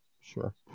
sure